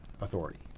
authority